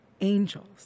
angels